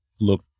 look